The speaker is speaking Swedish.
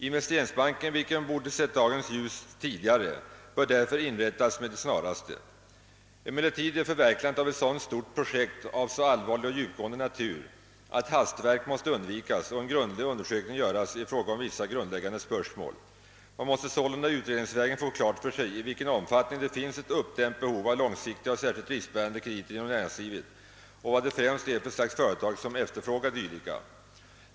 Investeringsbanken, vilken borde sett dagens ljus långt tidigare, bör därför inrättas med det snaraste. Emellertid är förverkligandet av ett sådant stort projekt av så allvarlig och djupgående natur, att hastverk måste undvikas och en grundlig undersökning göras i fråga om vissa grundläggande spörsmål. Man måste sålunda utredningsvägen få klart för sig i vilken omfattning det finns ett uppdämt behov av långsiktiga och särskilt riskbärande krediter inom näringslivet och vilka företag det främst är som efterfrågar dylika.